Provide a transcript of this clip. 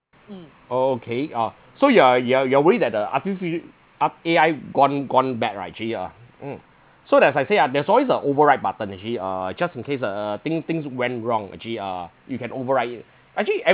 okay uh so you are you are you are worried that the artifi~ art A_I gone gone bad right actually uh mm so as I said ya there's always a override button actually uh just in case uh thing things went wrong actually uh you can override it actually